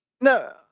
No